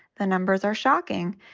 the numbers are shocking.